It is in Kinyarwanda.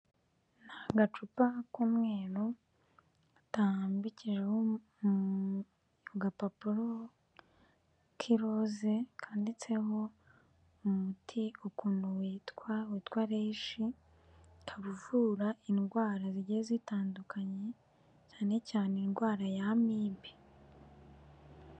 Ni agacupa k'umweru utambikijeho agapapuro k'iroze kanditseho umuti ukuntu witwa witwa leshi uvura indwara zigiye zitandukanye cyane cyane indwara ya amibe.